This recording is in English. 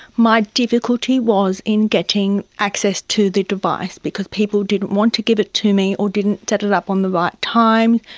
my difficulty was in getting access to the device because people didn't want to give it to me or didn't set it up on the right but time,